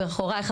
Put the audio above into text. מאחוריך,